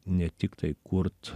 ne tiktai kurt